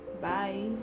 Bye